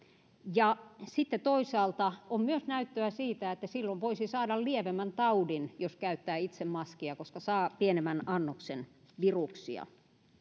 ja sitten toisaalta on myös näyttöä siitä että silloin voisi saada lievemmän taudin jos käyttää itse maskia koska saa pienemmän annoksen viruksia